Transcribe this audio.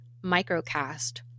microcast